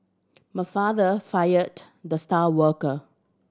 my father fired the star worker